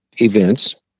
events